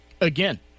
again